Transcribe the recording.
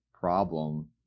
problem